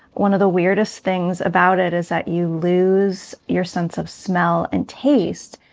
one of the weirdest things about it is that you lose your sense of smell and taste.